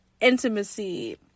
intimacy